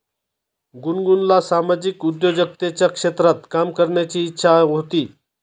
गुनगुनला सामाजिक उद्योजकतेच्या क्षेत्रात काम करण्याची इच्छा होती